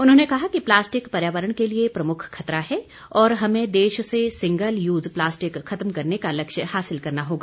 उन्होंने कहा कि प्लास्टिक पर्यावरण के लिए प्रमुख खतरा है और हमें देश से सिंगल यूज प्लास्टिक खत्म करने का लक्ष्य हासिल करना होगा